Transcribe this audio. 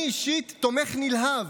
אני אישית תומך נלהב.